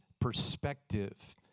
perspective